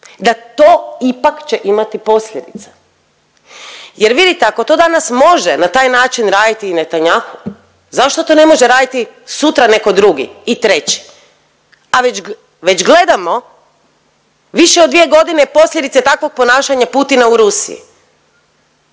da to ipak će imati posljedice. Jer vidite, ako to danas može na taj način raditi i Netanyahu, zašto to ne može raditi sutra netko drugi i treći? A već gledamo više od dvije godine posljedice takvog ponašanja Putina u Rusiji.